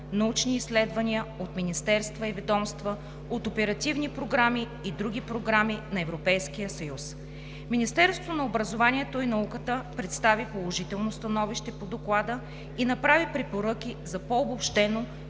„Научни изследвания“, от министерства и ведомства, от оперативни програми и други програми на Европейския съюз. Министерството на образованието и науката представи положително становище по Доклада и направи препоръки за по обобщено